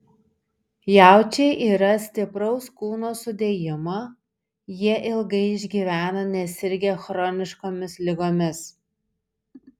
jaučiai yra stipraus kūno sudėjimo jie ilgai išgyvena nesirgę chroniškomis ligomis